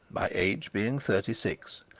my age being thirty-six.